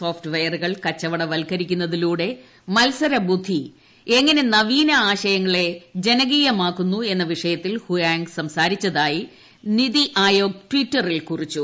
സോഫ്റ്റ്വെയറുകൾ കച്ചവടവത്കരിക്കുന്നതിലൂടെ മത്സരബുദ്ധി എങ്ങനെ നവീന ആശയങ്ങളെ ജനകീയമാക്കുന്നു എസ്പ്പിചിഷയത്തിൽ ഹുയാങ് സംസാരിച്ചതായി നിതി ആയോഗ്പ് ട്വിറ്റ്സിൽ കുറിച്ചു